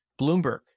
Bloomberg